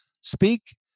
speak